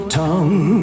tongue